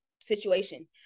situation